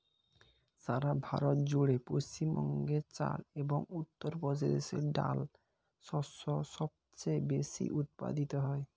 সারা ভারত জুড়ে পশ্চিমবঙ্গে চাল এবং উত্তরপ্রদেশে ডাল শস্য সবচেয়ে বেশী উৎপাদিত হয়